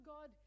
God